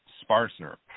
sparser